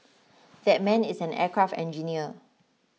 that man is an aircraft engineer